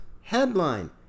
headline